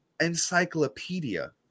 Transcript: encyclopedia